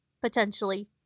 potentially